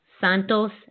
Santos